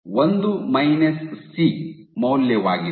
ಒಂದು minus C ಮೌಲ್ಯವಾಗಿದೆ